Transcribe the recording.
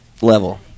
level